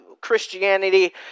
Christianity